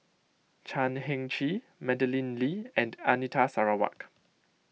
Chan Heng Chee Madeleine Lee and Anita Sarawak